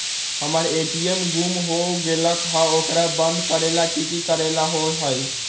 हमर ए.टी.एम गुम हो गेलक ह ओकरा बंद करेला कि कि करेला होई है?